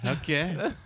Okay